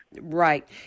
Right